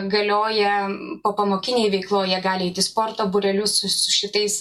galioja popamokinėj veikloj jie gali eiti į sporto būrelius su su šitais